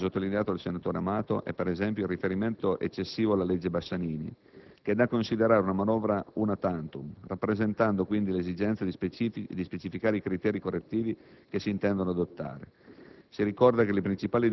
Un aspetto importante, sottolineato dal senatore Amato, è, per esempio, il riferimento «eccessivo» alla legge Bassanini, che è da considerare una manovra *una* *tantum*, rappresentando, quindi, l'esigenza di specificare i criteri correttivi che si intendano adottare.